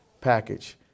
package